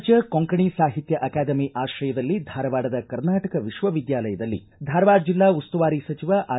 ರಾಜ್ಯ ಕೊಂಕಣಿ ಸಾಹಿತ್ಯ ಅಕಾದೆಮಿ ಆಶ್ರಯದಲ್ಲಿ ಧಾರವಾಡದ ಕರ್ನಾಟಕ ವಿಶ್ವವಿದ್ಯಾಲಯದಲ್ಲಿ ಧಾರವಾಡ ಜಿಲ್ಲಾ ಉಸ್ತುವಾರಿ ಸಚಿವ ಆರ್